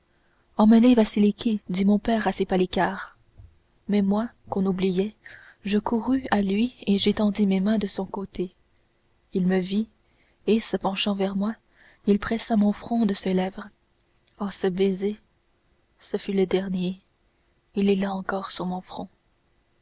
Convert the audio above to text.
emmenez vasiliki dit mon père à ses palicares mais moi qu'on oubliait je courus à lui et j'étendis mes mains de son côté il me vit et se penchant vers moi il pressa mon front de ses lèvres oh ce baiser ce fut le dernier et il est là encore sur mon front